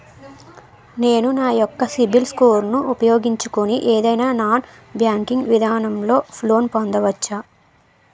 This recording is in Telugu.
నేను నా యెక్క సిబిల్ స్కోర్ ను ఉపయోగించుకుని ఏదైనా నాన్ బ్యాంకింగ్ విధానం లొ లోన్ పొందవచ్చా?